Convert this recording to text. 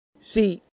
See